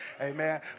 Amen